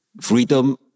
freedom